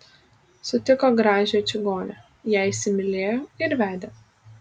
sutiko gražią čigonę ją įsimylėjo ir vedė